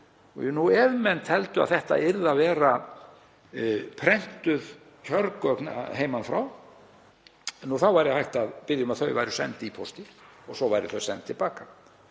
Ef menn teldu að þetta yrðu að vera prentuð kjörgögn heiman frá þá væri hægt að biðja um að þau væru send í pósti og svo væru þau send til baka.